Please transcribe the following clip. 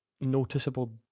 noticeable